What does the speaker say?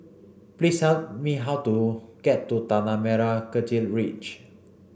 please tell me how to get to Tanah Merah Kechil Ridge